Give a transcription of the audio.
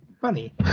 Funny